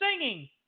singing